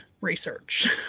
research